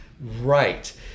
Right